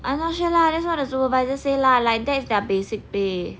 I'm not sure lah that's what the supervisor say lah like that's their basic pay